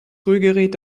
rührgerät